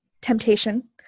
temptation